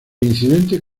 incidente